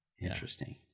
Interesting